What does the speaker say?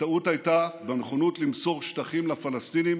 הטעות הייתה בנכונות למסור שטחים לפלסטינים